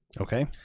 okay